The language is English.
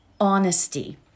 Honesty